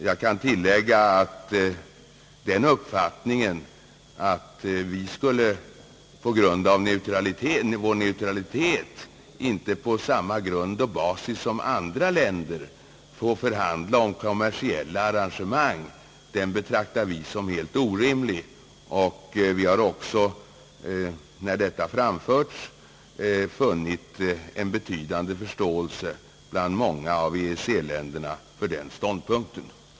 Jag kan tillägga att den uppfattningen att vi på grund av vår neutralitet inte på samma basis som andra länder skulle få förhandla om kommersiella arrangemang betraktar vi som helt orimlig. Vi har också funnit en betydande förståelse för vår ståndpunkt bland många av EEC-länderna.